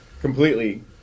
completely